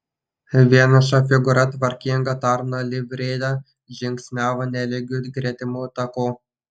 vieniša figūra tvarkinga tarno livrėja žingsniavo nelygiu gretimu taku